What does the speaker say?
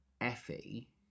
Effie